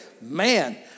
man